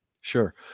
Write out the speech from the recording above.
Sure